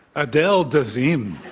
adele dazim